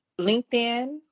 LinkedIn